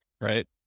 right